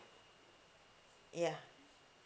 ya